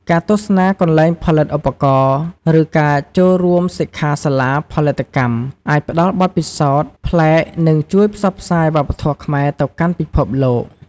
ការទស្សនាកន្លែងផលិតឧបករណ៍ ឬការចូលរួមសិក្ខាសាលាផលិតកម្ម អាចផ្តល់បទពិសោធន៍ប្លែក និងជួយផ្សព្វផ្សាយវប្បធម៌ខ្មែរទៅកាន់ពិភពលោក។